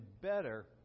better